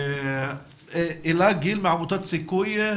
אלה גיל מעמותת סיכוי,